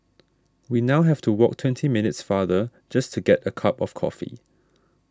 we now have to walk twenty minutes farther just to get a cup of coffee